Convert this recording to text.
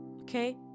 Okay